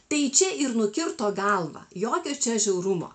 tai čia ir nukirto galvą jokio čia žiaurumo